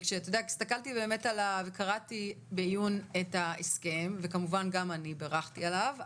הסתכלתי וקראתי בעיון את ההסכם וכמובן גם אני בירכתי עליו,